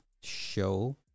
show